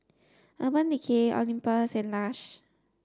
Urban Decay Olympus and Lush